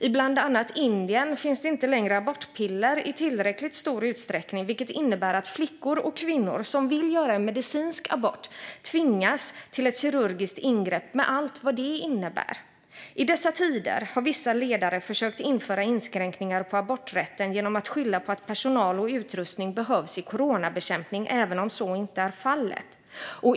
I bland annat Indien finns det inte längre abortpiller i tillräckligt stor utsträckning, vilket innebär att flickor och kvinnor som vill göra en medicinisk abort tvingas till ett kirurgiskt ingrepp med allt vad det innebär. I dessa tider har vissa ledare försökt införa inskränkningar i aborträtten genom att skylla på att personal och utrustning behövs i coronabekämpningen, även om så inte är fallet.